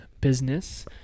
business